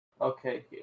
Okay